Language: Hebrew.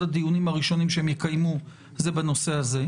הדיונים הראשונים שהם יקיימו יהיה בנושא הזה.